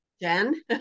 Jen